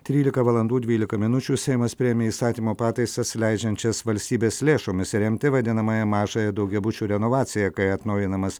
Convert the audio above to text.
trylika valandų dvylika minučių seimas priėmė įstatymo pataisas leidžiančias valstybės lėšomis remti vadinamąją mažąją daugiabučių renovaciją kai atnaujinamas